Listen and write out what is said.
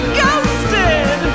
ghosted